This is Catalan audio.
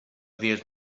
dies